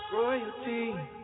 Royalty